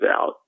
out